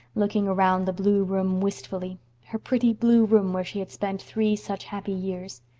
looking around the blue room wistfully her pretty blue room where she had spent three such happy years.